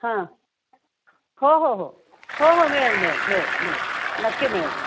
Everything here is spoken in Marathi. हां हो हो हो हो हो मिळेल मिळेल मिळेल मिळेल नक्की मिळेल